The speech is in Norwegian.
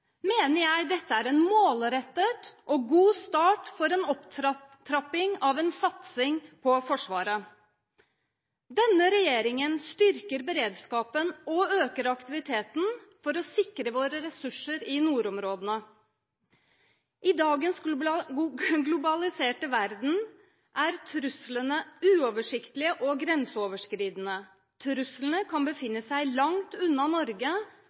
mener jeg dette er en målrettet og god start for en opptrapping av en satsing på Forsvaret. Denne regjeringen styrker beredskapen og øker aktiviteten for å sikre våre ressurser i nordområdene. I dagens globaliserte verden er truslene uoversiktlige og grenseoverskridende. Truslene kan befinne seg langt unna Norge,